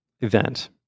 event